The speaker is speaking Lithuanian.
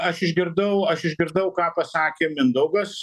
aš išgirdau aš išgirdau ką pasakė mindaugas